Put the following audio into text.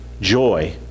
joy